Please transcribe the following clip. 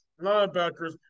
linebackers